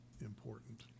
important